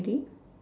really